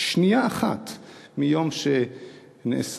שנייה אחת מיום שנאסר,